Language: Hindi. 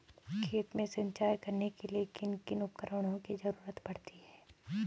खेत में सिंचाई करने के लिए किन किन उपकरणों की जरूरत पड़ती है?